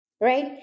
Right